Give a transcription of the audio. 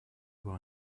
avoir